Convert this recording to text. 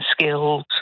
skills